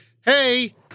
hey